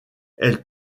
elle